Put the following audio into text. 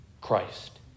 Christ